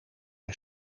hij